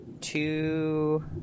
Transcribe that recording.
two